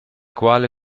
quale